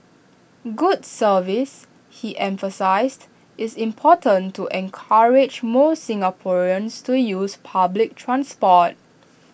good service he emphasised is important to encourage more Singaporeans to use public transport